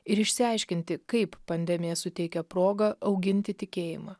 ir išsiaiškinti kaip pandemija suteikia progą auginti tikėjimą